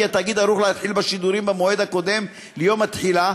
כי התאגיד ערוך להתחיל בשידורים במועד הקודם ליום התחילה,